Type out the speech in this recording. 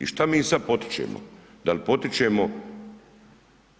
I šta mi sad potičemo, da li potičemo,